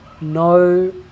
no